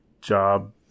job